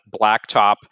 blacktop